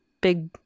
Big